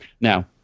Now